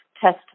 test